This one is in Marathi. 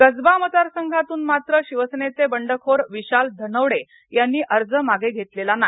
कसबा मतदारसंघातून मात्र शिवसेनेचे बंडखोर विशाल धनवडे यांनी अर्ज मागे घेतला नाही